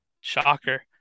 Shocker